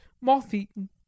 moth-eaten